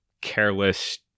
careless